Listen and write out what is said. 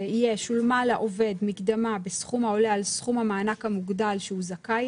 יהיה "שולמה לעובד מקדמה בסכום העולה על סכום המענק המוגדל שהוא זכאי